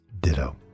Ditto